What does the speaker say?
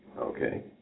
Okay